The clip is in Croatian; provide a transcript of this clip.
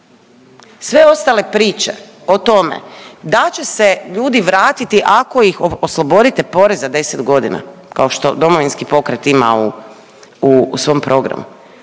sve ostale priče o tome da će se ljudi vratiti ako ih oslobodite poreza 10.g., kao što Domovinski pokret ima u, u svom programu,